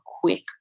quick